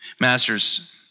Masters